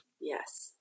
Yes